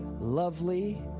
lovely